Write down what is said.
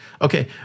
Okay